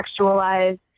contextualize